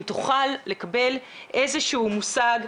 אם תוכל לקבל איזשהו מושג.